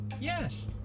Yes